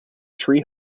tree